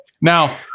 Now